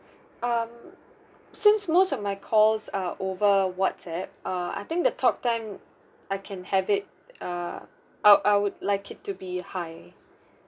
um since most of my calls uh over whatsapp uh I think the talk time I can have it err I'll I would like it to be high